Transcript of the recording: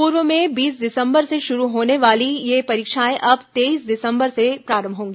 पूर्व में बीस दिसंबर से शुरू होने वाली ये परीक्षाएं अब तेईस दिसंबर से प्रारंभ होंगी